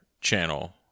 channel